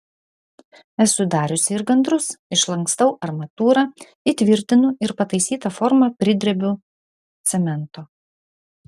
esu dariusi ir gandrus išlankstau armatūrą įtvirtinu ir pataisytą formą pridrebiu cemento